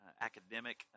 academic